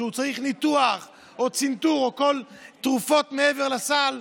כשהוא צריך ניתוח או צנתור או תרופות מעבר לסל,